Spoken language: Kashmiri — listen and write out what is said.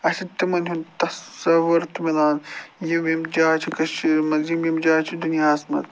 اَسہِ تِمَن ہُنٛد تصَوُر تہِ مِلان یِم یِم جایہِ چھِ کٔشیٖرِ منٛز یِم یِم جایہِ چھِ دُنیاہَس منٛز